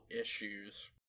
issues